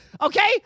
Okay